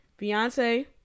Beyonce